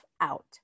out